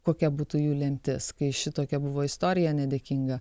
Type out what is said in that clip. kokia būtų jų lemtis kai šitokia buvo istorija nedėkinga